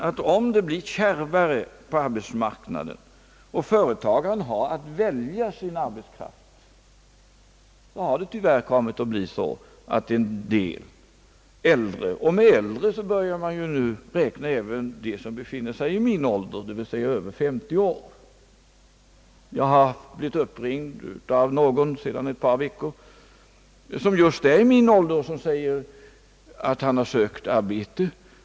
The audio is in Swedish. Men om det blivit kärvare på arbetsmarknaden och företagaren haft möjlighet att välja sin arbetskraft, har det tyvärr kommit att bli så att en del äldre — och med äldre börjar man nu mena även dem som befinner sig i min ålder, d. v. s. något över 50 år — kommit i kläm. Jag har sedan ett par veckor uppringts av en person, som är just i min ålder och som uppgivit att han söker arbete.